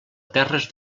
terres